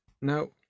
Now